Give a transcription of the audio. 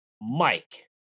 Mike